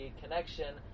connection